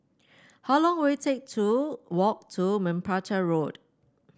how long will it take to walk to Merpati Road